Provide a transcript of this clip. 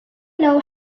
know